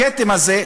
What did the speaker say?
הכתם הזה,